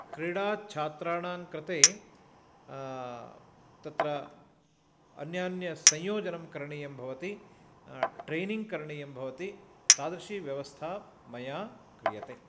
क्रिडाछात्राणां कृते तत्र अन्यान्यसंयोजनं करणीयं भवति ट्रैनिङ्ग् करणीयं भवति तादृशी व्यवस्था मया क्रियते